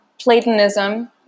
Platonism